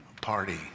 party